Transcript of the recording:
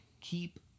keep